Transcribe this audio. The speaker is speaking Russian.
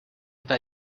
это